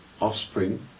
offspring